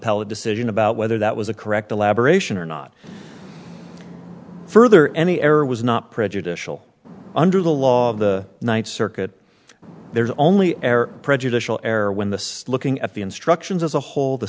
llate decision about whether that was a correct elaboration or not further any error was not prejudicial under the law of the ninth circuit there is only error prejudicial error when the looking at the instructions as a whole the